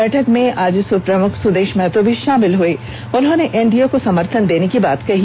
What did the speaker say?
बैठक में आजसू प्रमुख सुदेष महतो भी शामिल हुए उन्होंने एनडीए को समर्थन देने की बात कही